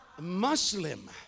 Muslim